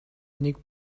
нэг